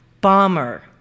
bomber